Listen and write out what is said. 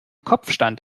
kopfstand